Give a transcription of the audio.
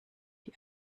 die